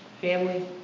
Family